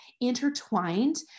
intertwined